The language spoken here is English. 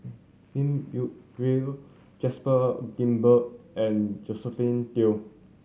Giam Yean Gerald Joseph Grimberg and Josephine Teo